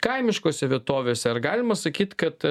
kaimiškose vietovėse ar galima sakyt kad